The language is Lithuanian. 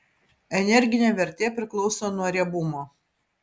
energinė vertė priklauso nuo riebumo